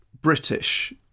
British